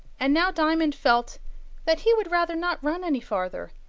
and now diamond felt that he would rather not run any farther,